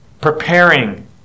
preparing